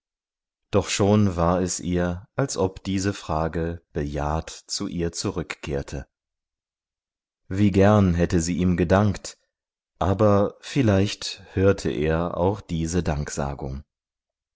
doch schon war es ihr als ob diese frage bejaht zu ihr zurückkehrte wie gern hätte sie ihm gedankt aber vielleicht hörte er auch diese danksagung